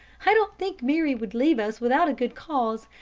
i don't think mary would leave us without a good cause,